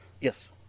Yes